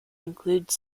include